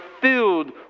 filled